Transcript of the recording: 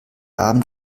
abend